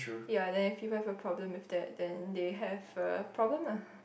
ya then if people have a problem with that then they have a problem lah